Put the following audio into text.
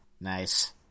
Nice